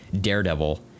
daredevil